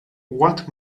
what